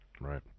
Right